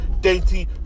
dainty